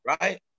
Right